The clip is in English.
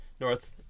north